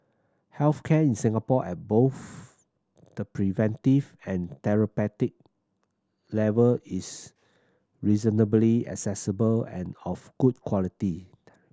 health care in Singapore at both the preventive and therapeutic level is reasonably accessible and of good quality